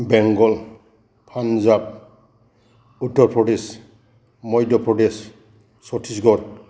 Bengal Punjab Uttar Pradesh Madhya Pradesh Chhattisgarh